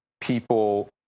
people